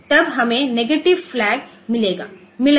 तब हमें negative flag मिला है